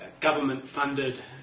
government-funded